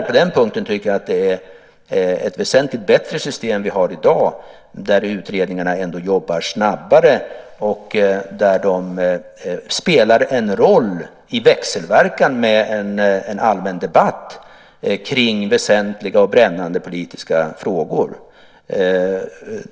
På den punkten tycker jag att det är ett väsentligt bättre system som vi har i dag där utredningarna ändå jobbar snabbare och spelar en roll i växelverkan med en allmän debatt kring väsentliga och brännande politiska frågor.